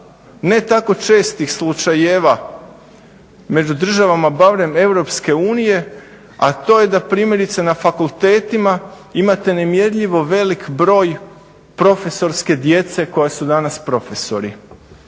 ne tako čestih slučajeva među državama barem EU a to je da primjerice na fakultetima imate nemjerljivo veliki broj profesorske djece koja su danas profesori,